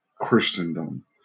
Christendom